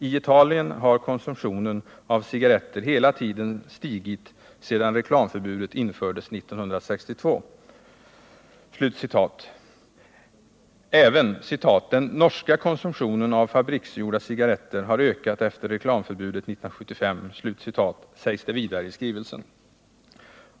I Italien har konsumtionen av cigaretter hela tiden stigit sedan reklamförbudet infördes 1962.” Även ”den norska konsumtionen av fabriksgjorda cigaretter har ökat efter reklamförbudet 1975”, sägs det vidare i skrivelsen.